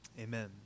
Amen